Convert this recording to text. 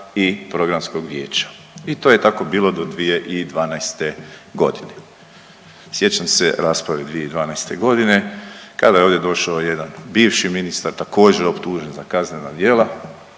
i Programskog vijeća i to je tako bilo do 2012.g.. Sjećam se rasprave 2012.g. kada je ovdje došao jedan bivši ministar također optužen za kaznena djela,